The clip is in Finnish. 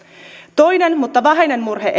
toinen mutta ei vähäinen murhe